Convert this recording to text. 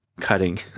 cutting